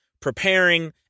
preparing